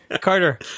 carter